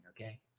okay